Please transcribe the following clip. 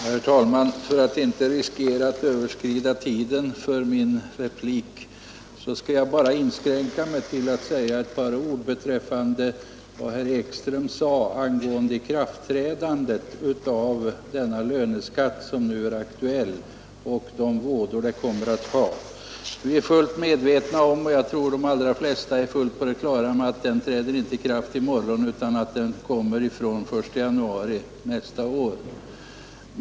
Herr talman! För att inte riskera att överskrida tiden för min replik skall jag inskränka mig till ett par ord beträffande vad herr Ekström sade angående ikraftträdandet av den löneskatt som nu är aktuell och de vådor den kommer att ha. Vi är fullt medvetna om — jag tror att de allra flesta är på det klara med det — att den höjda löneskatten inte träder i kraft i morgon utan den 1 januari nästa år.